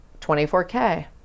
24K